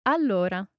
Allora